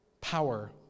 power